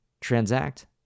Transact